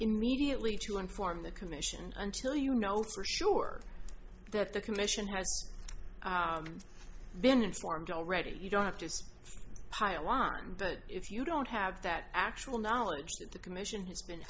immediately to inform the commission until you know for sure that the commission has been informed already you don't have just pile on but if you don't have that actual knowledge that the commission has been